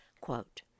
Quote